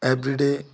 everyday